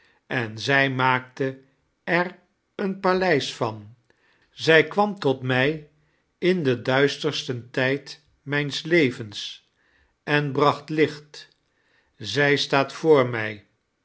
en zij miaakte er een palede van zij kwam tot mij in den duistersten tijd mijns levens en bracht mcht zij staat voor mij